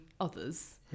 others